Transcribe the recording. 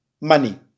money